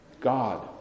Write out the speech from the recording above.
God